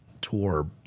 tour